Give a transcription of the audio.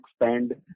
expand